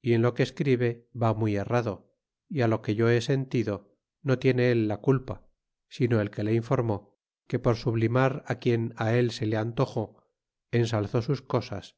y en lo que escribe va muy errado y lo que yo he sentido no tiene el la culpa sino el que le informó que por sublimar quien él se le antojó ensalzó sus cosas